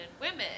women